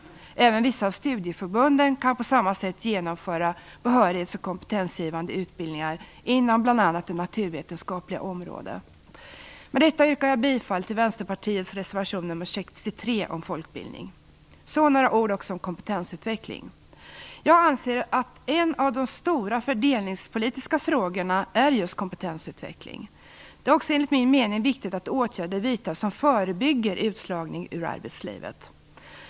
Även vissa av studieförbunden kan på samma sätt genomföra behörighets och kompetensgivande utbildningar inom bl.a. det naturvetenskapliga området. Med detta yrkar jag bifall till Vänsterpartiets reservation nr 63 om folkbildning. Så några ord om kompetensutveckling. Jag anser att en av de stora fördelningspolitiska frågorna är just kompetensutveckling. Det är också enligt min mening viktigt att åtgärder vidtas som förebygger utslagning ur arbetslivet.